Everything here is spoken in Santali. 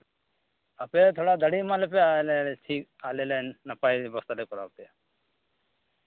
ᱟᱯᱮ ᱛᱷᱚᱲᱟ ᱫᱟᱲᱮ ᱮᱢᱟ ᱞᱮᱯᱮ ᱟᱞᱮᱞᱮ ᱴᱷᱤᱠ ᱟᱞᱮᱞᱮ ᱱᱟᱯᱟᱭ ᱵᱮᱵᱚᱥᱛᱷᱟ ᱞᱮ ᱠᱚᱨᱟᱣ ᱟᱯᱮᱭᱟ